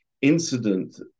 incident